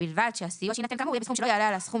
ובלבד שהסיוע שיינתן כאמור יהיה בסכום